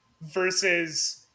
Versus